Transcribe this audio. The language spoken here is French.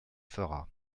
fera